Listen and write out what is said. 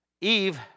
Eve